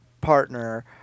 partner